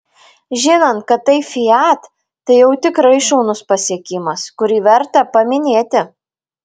žinant kad tai fiat tai jau tikrai šaunus pasiekimas kurį verta paminėti